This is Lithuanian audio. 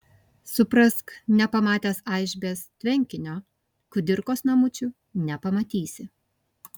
suprask nepamatęs aišbės tvenkinio kudirkos namučių nepamatysi